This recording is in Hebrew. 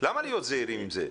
למה להיות זהירים עם זה?